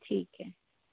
ठीक है